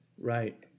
Right